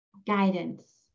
guidance